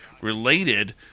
related